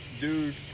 dude